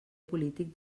polític